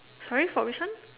sorry for which one